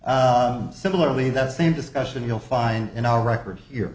similarly that same discussion you'll find in our records here